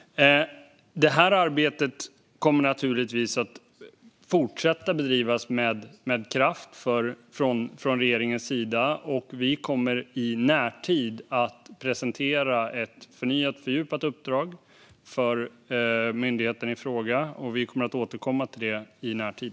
Det här arbetet kommer naturligtvis att fortsätta bedrivas med kraft från regeringens sida. Vi kommer i närtid att presentera ett förnyat och fördjupat uppdrag för myndigheten i fråga. Vi återkommer till det i närtid.